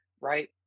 right